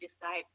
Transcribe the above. decide